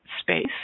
space